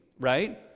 right